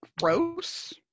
Gross